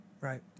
Right